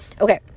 Okay